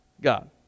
God